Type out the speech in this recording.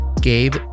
Gabe